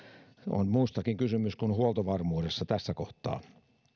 on muustakin kysymys kuin huoltovarmuudesta tässä kohtaa